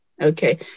Okay